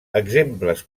exemples